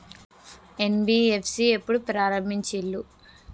NBFC ఎప్పుడు ప్రారంభించిల్లు?